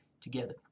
together